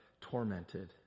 tormented